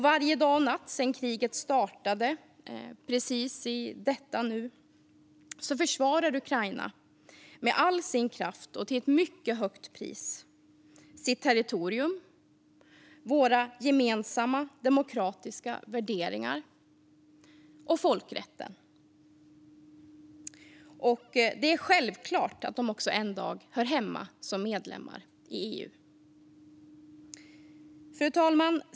Varje dag och natt sedan kriget startade - och precis i detta nu - försvarar Ukraina med all sin kraft och till ett mycket högt pris sitt territorium, våra gemensamma demokratiska värderingar och folkrätten. Det är självklart att Ukraina också en dag hör hemma i EU, som medlem. Fru talman!